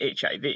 HIV